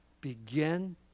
Begin